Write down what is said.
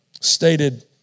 stated